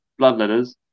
bloodletters